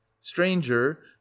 stranger